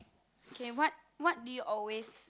K what what do you always